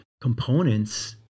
components